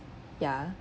ya